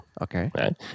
Okay